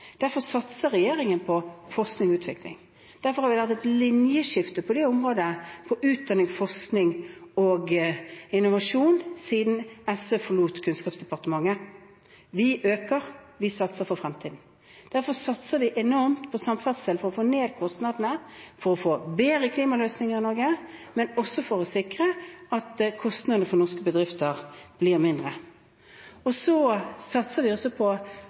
Derfor satser regjeringen på forskning og utvikling, derfor har vi hatt et linjeskift på det området, innen utdanning, forskning og innovasjon, siden SV forlot Kunnskapsdepartementet. Vi øker, vi satser for fremtiden. Derfor satser vi enormt på samferdsel, for å få ned kostnadene, for å få bedre klimaløsninger i Norge, men også for å sikre at kostnadene for norske bedrifter blir mindre. Så satser vi også på